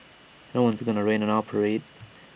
no one is gonna rain on our parade